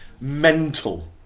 mental